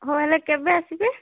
ହଉ ହେଲେ କେବେ ଆସିବି